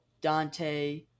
Dante